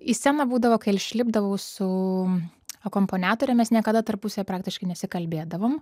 į sceną būdavo kai aš lipdavau su akompaniatore mes niekada tarpusavyje praktiškai nesikalbėdavom